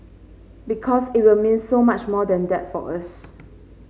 because it will mean so much more than that for us